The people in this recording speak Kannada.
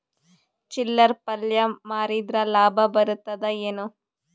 ಚಿಲ್ಲರ್ ಪಲ್ಯ ಮಾರಿದ್ರ ಲಾಭ ಬರತದ ಏನು?